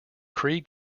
cree